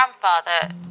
grandfather